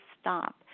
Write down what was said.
stop